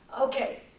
Okay